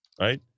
right